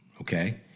okay